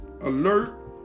alert